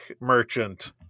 merchant